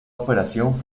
operación